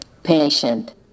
Patient